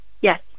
Yes